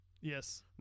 Yes